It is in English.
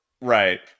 right